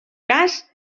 cas